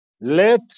Let